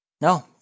No